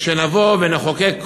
שנבוא ונחוקק חוק,